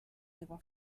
aigua